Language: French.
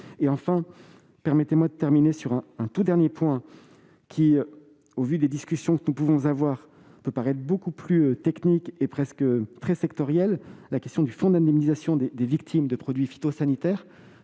le Ségur. Permettez-moi de conclure sur un tout dernier point qui, au regard des discussions que nous avons, peut paraître beaucoup plus technique et sectoriel : la question du fonds d'indemnisation des victimes de produits phytosanitaires,